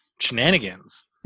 Shenanigans